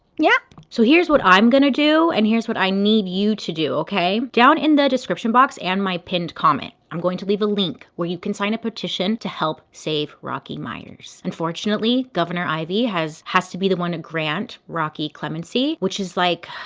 yeah? so here's what i'm gonna do, and here's what i need you to do, okay? down in the description box and my pinned comment, i'm going to leave a link, where you can sign a petition to help save rocky myers. unfortunately, governor ivey has has to be one to grant rocky clemency. which is like.